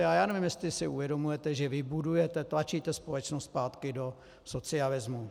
A já nevím, jestli si uvědomujete, že vy budujete, tlačíte společnost zpátky do socialismu.